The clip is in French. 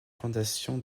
fondation